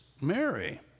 Mary